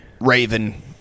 raven